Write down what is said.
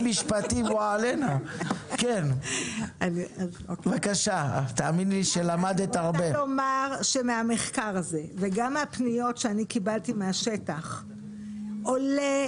אני רוצה לומר שמהמחקר הזה וגם מהפניות שאני קיבלתי מהשטח עולה